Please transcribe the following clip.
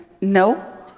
no